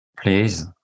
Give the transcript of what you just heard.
please